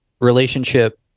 relationship